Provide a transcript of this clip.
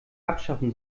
abschaffen